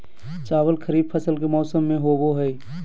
चावल खरीफ फसल के मौसम में होबो हइ